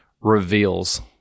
reveals